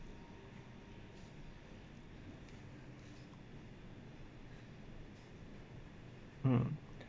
hmm